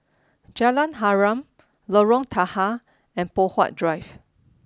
Jalan Harum Lorong Tahar and Poh Huat Drive